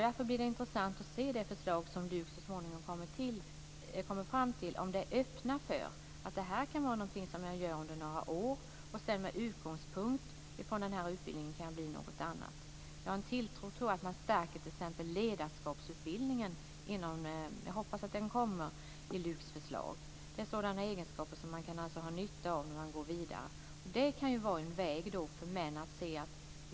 Därför blir det intressant att se det förslag som LUK så småningom kommer fram till, om det öppnar för att man kan vara lärare under några år och sedan med utgångspunkt i den utbildningen bli något annat. Jag hoppas att LUK kommer med förslag som t.ex. stärker ledarskapsutbildningen. Den ger sådana egenskaper som man kan ha nytta av när man vill gå vidare. Det kan vara en väg för män.